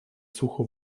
sucho